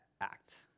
Act